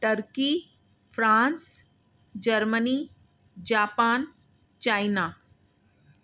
turkey France Germany Japan China